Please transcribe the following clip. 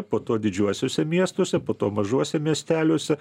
po to didžiuosiuose miestuose po to mažuose miesteliuose